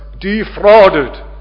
defrauded